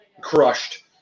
crushed